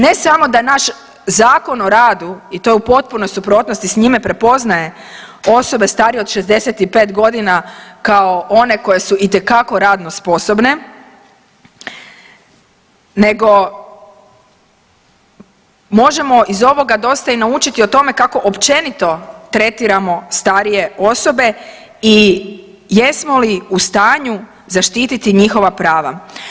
Ne samo da je naš Zakon o radu i to je u potpunoj suprotnosti s njime, prepoznaje osobe starije od 65 godina kao one koje su itekako radno sposobne, nego možemo iz ovoga dosta i naučiti o tome kako općenito tretiramo starije osobe i jesmo li u stanju zaštiti njihova prava.